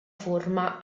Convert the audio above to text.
forma